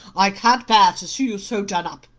i can't bear to see you so done up.